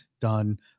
done